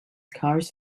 cars